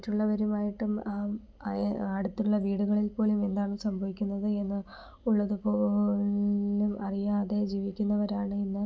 മറ്റുള്ളവരുമായിട്ടും അടുത്തുള്ള വീടുകളിൽ പോലും എന്താണ് സംഭവിക്കുന്നത് എന്ന് ഉള്ളതുപോലും അറിയാതെ ജീവിക്കുന്നവരാണ് ഇന്ന്